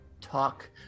talk